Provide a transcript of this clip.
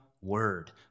word